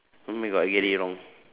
oh my god I get it wrong